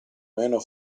meno